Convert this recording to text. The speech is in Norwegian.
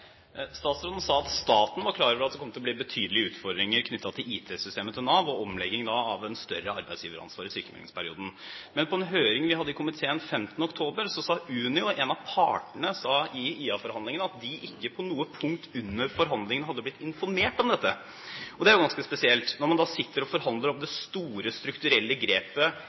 Statsråden sa at staten var klar over at det kom til å bli betydelige utfordringer knyttet til Navs IT-system og omlegging med hensyn til et større arbeidsgiveransvar i sykemeldingsperioden. Men på en høring vi hadde i komiteen den 15. oktober, sa Unio, en av partene i IA-forhandlingene, at de ikke på noe punkt under forhandlingene hadde blitt informert om dette. Det er jo ganske spesielt at man når man sitter og forhandler om det store, strukturelle grepet